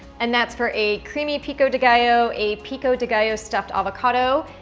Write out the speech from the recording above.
and that's for a creamy pico de gallo, a pico de gallo stuffed avocado,